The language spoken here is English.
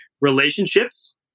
relationships